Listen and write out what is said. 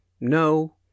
No